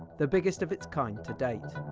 the biggest of its kind to date.